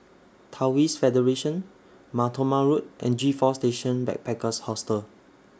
Taoist Federation Mar Thoma Road and G four Station Backpackers Hostel